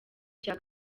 cya